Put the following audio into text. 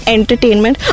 Entertainment